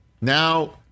Now